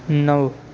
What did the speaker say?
نو